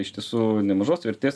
iš tiesų nemažos vertės